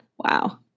wow